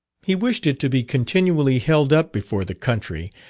he wished it to be continually held up before the country,